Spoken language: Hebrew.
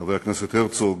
חבר הכנסת הרצוג,